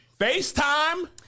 FaceTime